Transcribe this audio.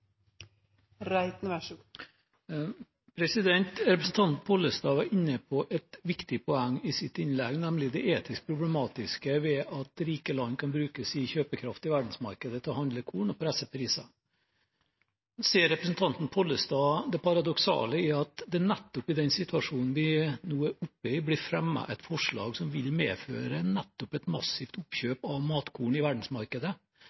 Representanten Pollestad var inne på et viktig poeng i sitt innlegg, nemlig det etisk problematiske ved at rike land kan bruke sin kjøpekraft i verdensmarkedet til å handle korn og presse priser. Ser representanten Pollestad det paradoksale i at det i den situasjonen vi nå er oppe i, blir fremmet et forslag som vil medføre nettopp et massivt oppkjøp av matkorn i verdensmarkedet